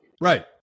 right